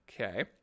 okay